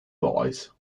boys